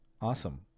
Awesome